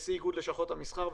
נשיא איגוד לשכות המסחר,